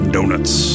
Donuts